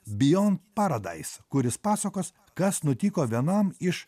bijon paradais kuris pasakos kas nutiko vienam iš